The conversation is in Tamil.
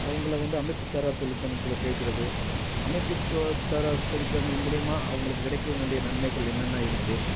அவங்கள வந்து அமைப்பு சாரா தொழில் சங்கத்தில் சேக்கிறது அமைப்பு தொழில் சங்கம் மூலியமாக அவங்களுக்கு கிடைக்க வேண்டிய நன்மைகள் என்னென்ன இருக்கு